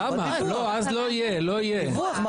דיווח,